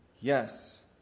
Yes